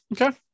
Okay